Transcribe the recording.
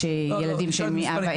יש ילדים שהם מאבא,